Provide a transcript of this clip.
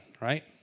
right